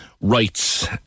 rights